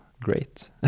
great